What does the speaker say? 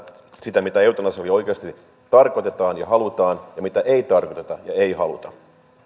sitä mitä eutanasialla oikeasti tarkoitetaan ja halutaan ja mitä ei tarkoiteta ja ei haluta